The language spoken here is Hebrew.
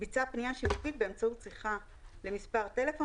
ביצע פנייה שיווקית באמצעות שיחה למספר טלפון